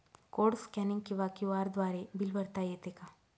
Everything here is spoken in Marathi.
कोड स्कॅनिंग किंवा क्यू.आर द्वारे बिल भरता येते का?